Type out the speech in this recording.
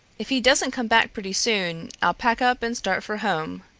if he doesn't come back pretty soon, i'll pack up and start for home,